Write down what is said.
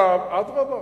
עכשיו, אדרבה,